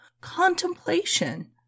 contemplation